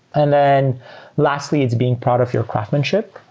and then lastly, it's being part of your craftsmanship.